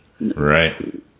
Right